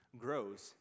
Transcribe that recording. grows